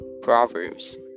Proverbs